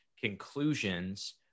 conclusions